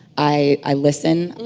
i listen.